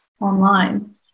online